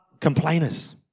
complainers